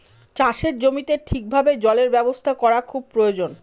চাষের জমিতে ঠিক ভাবে জলের ব্যবস্থা করা খুব প্রয়োজন